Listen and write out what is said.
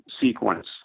sequence